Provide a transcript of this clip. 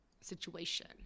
situation